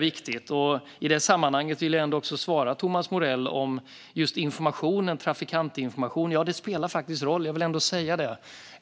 Jag vill svara på Thomas Morells fråga om trafikantinformationen. Den spelar faktiskt en roll.